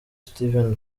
steven